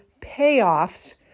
payoffs